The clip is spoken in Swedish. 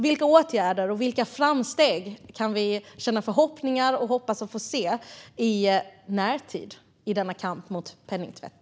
Vilka åtgärder och framsteg kan vi hoppas att få se i närtid i kampen mot penningtvätt?